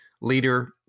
leader